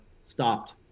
stopped